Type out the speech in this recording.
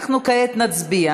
אנחנו כעת נצביע